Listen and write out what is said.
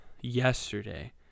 yesterday